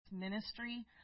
ministry